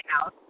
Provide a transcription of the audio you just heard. house